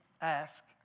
ask